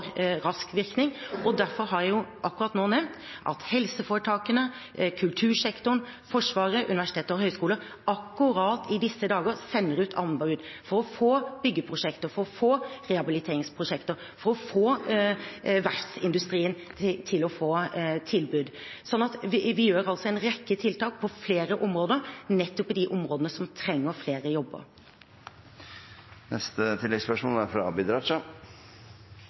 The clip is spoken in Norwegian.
rask virkning. Derfor har jeg akkurat nå nevnt at helseforetakene, kultursektoren, Forsvaret, universiteter og høyskoler akkurat i disse dager sender ut anbud for å få byggeprosjekter og rehabiliteringsprosjekter, og for at verftsindustrien skal få oppdrag. Vi gjør altså en rekke tiltak på flere områder, nettopp i de områdene som trenger flere jobber.